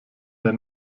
der